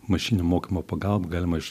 mašininio mokymo pagalba galima iš